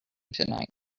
tonight